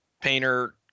Painter